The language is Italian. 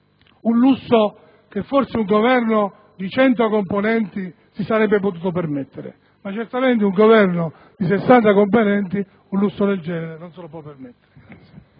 un lusso che forse un Governo di cento componenti si sarebbe potuto permettere, ma certamente un Governo di sessanta componenti un lusso del genere non se lo può permettere.